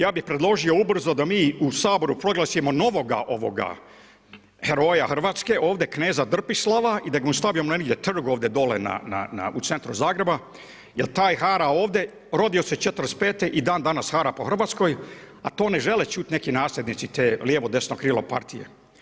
Ja bi predložio ubrzo da mi u Sabora proglasimo novoga ovoga heroja Hrvatska, ovdje kneza Drpislava i da mu stavimo negdje trg ovdje dole na na, u centru Zagreba, jer taj hara ovdje, rodio se '45. i dan danas hara po Hrvatskoj, a to ne žele čuti neki nasljednici te, lijevo desno krilo partije.